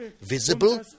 visible